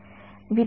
विद्यार्थीः